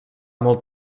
molt